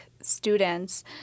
students